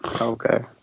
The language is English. Okay